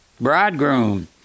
bridegroom